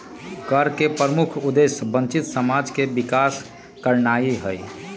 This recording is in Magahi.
कर के प्रमुख उद्देश्य वंचित समाज के विकास करनाइ हइ